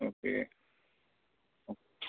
okay okay